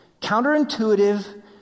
counterintuitive